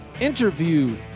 interview